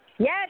Yes